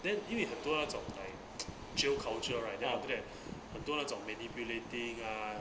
then 因为有很多那种 like jail culture right then after that 很多那种 many bulleting ah